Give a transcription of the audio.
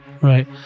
Right